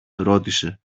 ρώτησε